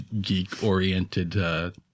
geek-oriented